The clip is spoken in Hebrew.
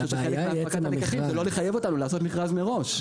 אני חושב שחלק מהפקת הלקחים זה לא לחייב אותנו לעשות מכרז מראש.